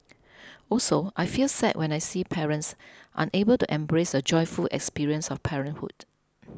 also I feel sad when I see parents unable to embrace the joyful experience of parenthood